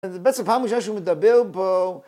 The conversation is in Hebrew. ובעצם פעם ראשונה שהוא מדבר בו...